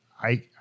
I-